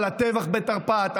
על הטבח בתרפ"ט,